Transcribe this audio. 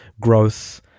growth